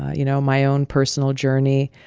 you know, my own personal journey